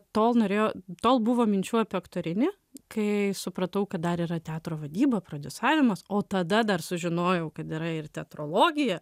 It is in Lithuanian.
tol norėjo tol buvo minčių apie aktorinį kai supratau kad dar yra teatro vadyba prodiusavimas o tada dar sužinojau kad yra ir teatrologija